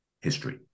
history